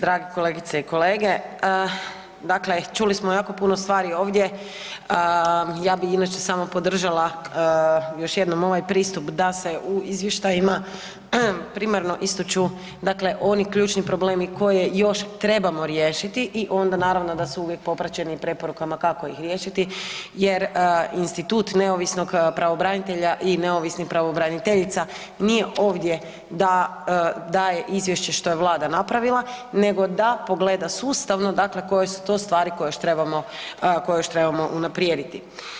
Drage kolegice i kolege, dakle čuli smo ionako puno stvari ovdje, ja bi inače samo podržala još jednom ovaj pristup da se u izvještajima primarno ističu dakle oni ključni problemi koje još trebamo riješiti i onda naravno da su uvijek popraćeni preporukama kako ih riješiti jer institut neovisnog pravobranitelja i neovisnih pravobraniteljica nije ovdje da daje izvješće što je Vlada napravila nego da pogleda sustavno koje su to stvari koje još trebamo unaprijediti.